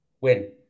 Win